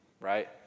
Right